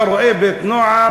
אתה רואה בית-נוער,